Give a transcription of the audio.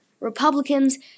republicans